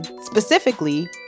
Specifically